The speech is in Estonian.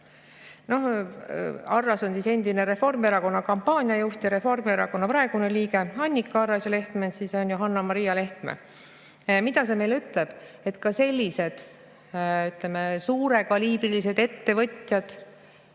Arras on endine Reformierakonna kampaaniajuht, Reformierakonna praegune liige Annika Arras ja Lehtme on Johanna-Maria Lehtme. Mida see meile ütleb? Et ka sellised, ütleme, suure kaliibriga ettevõtjad